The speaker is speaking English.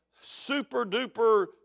super-duper